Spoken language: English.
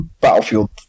battlefield